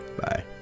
Bye